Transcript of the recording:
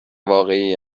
واقعی